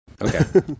Okay